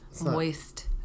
moist